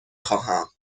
خواهم